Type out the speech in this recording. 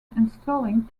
installing